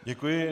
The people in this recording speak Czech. Děkuji.